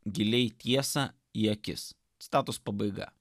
giliai tiesą į akis citatos pabaiga